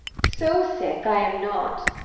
so sick i am not,